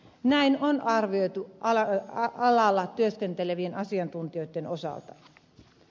näin on arvioitu alalla työskentelevien asiantuntijoitten osalta